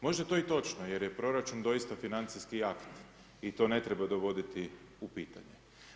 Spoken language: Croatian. Možda je to i točno jer je proračun doista financijski akt i to ne treba dovoditi u pitanje.